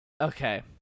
Okay